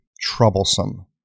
troublesome